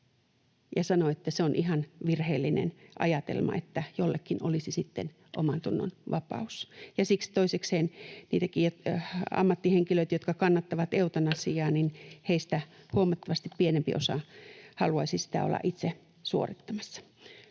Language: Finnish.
ja sanoi, että se on ihan virheellinen ajatelma, että jollekin olisi sitten omantunnonvapaus. Ja siksi toisekseen niistäkin ammattihenkilöistä, jotka kannattavat eutanasiaa, huomattavasti pienempi osa haluaisi sitä olla itse suorittamassa.